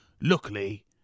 Luckily